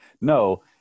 no